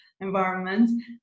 environment